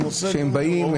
ברשותך,